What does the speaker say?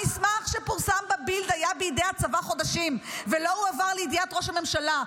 המסמך שפורסם בבילד היה בידי הצבא חודשים ולא הועבר לידיעת ראש הממשלה.